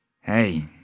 hey